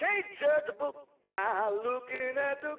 can't judge a book by looking at the